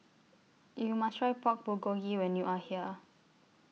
YOU must Try Pork Bulgogi when YOU Are here